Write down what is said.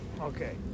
Okay